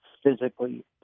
physically